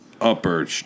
upper